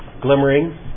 glimmering